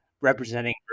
representing